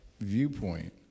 viewpoint